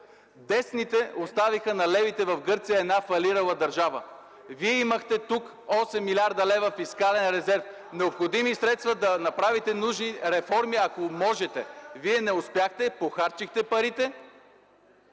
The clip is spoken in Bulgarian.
Десните оставиха на левите в Гърция една фалирала държава. Вие имахте тук 8 млрд. лв. фискален резерв – необходими средства да направите нужни реформи, ако можете. Вие не успяхте, похарчихте парите.